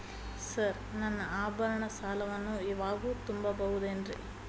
Sir ನನ್ನ ಆಭರಣ ಸಾಲವನ್ನು ಇವಾಗು ತುಂಬ ಬಹುದೇನ್ರಿ?